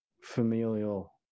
familial